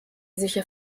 sicher